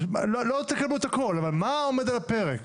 לא רוצה את הכל, אבל מה עומד על הפרק?